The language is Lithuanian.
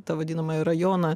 tą vadinamąjį rajoną